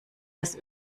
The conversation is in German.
das